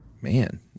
Man